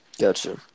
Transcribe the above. Gotcha